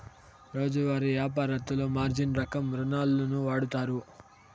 రోజువారీ యాపారత్తులు మార్జిన్ రకం రుణాలును వాడుతారు